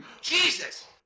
jesus